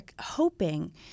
hoping